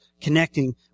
connecting